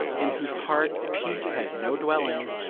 in whose heart peace had no dwelling,